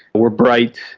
we're bright,